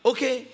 Okay